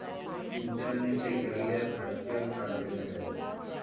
ইন্টারনেটে গ্যালে virtual card দেখা যায়